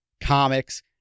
comics